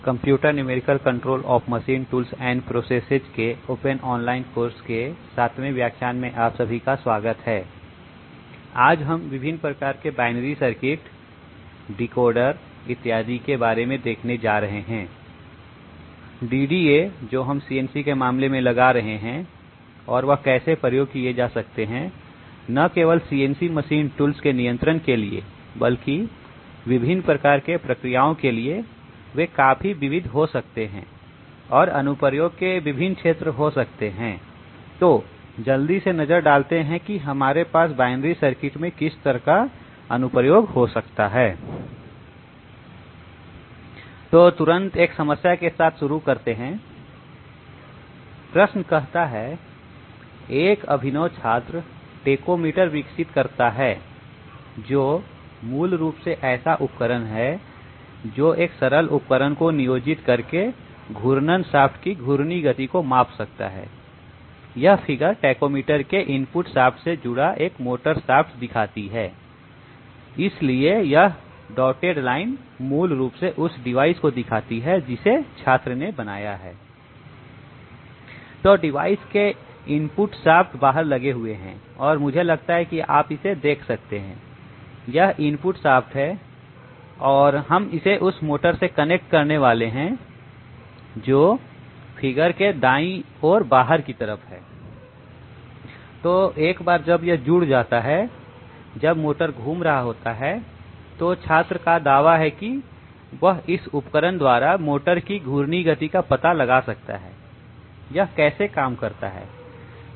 computer numerical control of machine tools and processes की open online course के सातवें व्याख्यान में आप सभी का स्वागत है आज हम विभिन्न प्रकार के बायनरी सर्किट डिकोडर इत्यादि के बारे में देखने जा रहे हैं DDA जो हम सीएनसी के मामले में लगा रहे हैं और वह न केवल सीएनसी मशीन टूल्स के नियंत्रण के लिए बल्कि विभिन्न प्रकार के प्रक्रियाओं के लिए कैसे प्रयोग किए जा सकते हैं वे काफी विविध हो सकते हैं और अनुप्रयोग के विभिन्न क्षेत्र हो सकते हैं तो जल्दी से नजर डालते हैं हमारे पास बायनरी सर्किट में किस प्रकार का अनुप्रयोग हो सकता है तो तुरंत एक समस्या के साथ शुरू करते हैं प्रश्न कहता है एक अभिनव छात्र टेकोमीटर विकसित करता है जो मूल रूप से ऐसा उपकरण है जो एक सरल उपकरण को नियोजित करके घूर्णन शाफ्ट की घूर्णी गति को माप सकता है यह चित्र टैकोमीटर के इनपुट शाफ्ट से जुड़ा एक मोटर शाफ्ट दिखाती है इसलिए यह डॉटेड लाइन मूल रूप से उस डिवाइस को दिखाती है जिसे छात्र ने बनाया है तो डिवाइस से एक इनपुट शाफ्ट बाहर लगे हुए हैं और मुझे लगता है कि आप इसे देख सकते हैं यह इनपुट शाफ्ट है और हम इसे उस मोटर से जोड़ने वाले हैं जो चित्र के दाएं और बाहर की तरफ है तो एक बार जब यह जुड़ जाता है जब मोटर घूम रहा होता है तो छात्र का दावा है कि वह इस उपकरण द्वारा मोटर की घूर्णी गति का पता लगा सकता है यह कैसे काम करता है